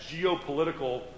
geopolitical